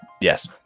Yes